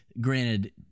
Granted